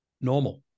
normal